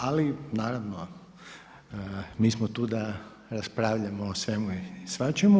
Ali naravno mi smo tu da raspravljamo o svemu i svačemu.